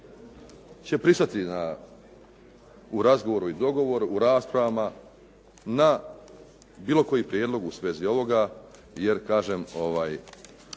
će pristati u razgovoru i dogovoru, u raspravama na bilo koji prijedlog u svezi ovoga. Jer kažem, ovdje